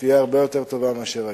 תהיה הרבה יותר טובה מאשר היום.